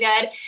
good